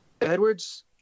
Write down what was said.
Edwards